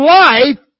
life